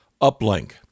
uplink